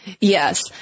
Yes